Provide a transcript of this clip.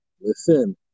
Listen